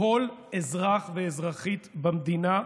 כל אזרח ואזרחית במדינה,